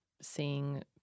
seeing